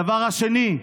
הדבר השני: